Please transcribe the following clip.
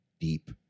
Deep